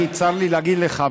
צר לי להגיד לך,